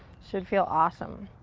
should feel awesome.